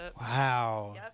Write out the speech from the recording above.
Wow